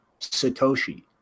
Satoshi